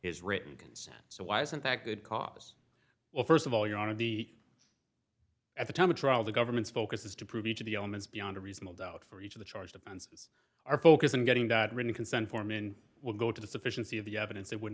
is written consent so why isn't that good cause well first of all you want to be at the time of trial the government's focus is to prove each of the elements beyond a reasonable doubt for each of the charged defenses are focused on getting that written consent form in will go to the sufficiency of the evidence it would